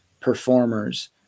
performers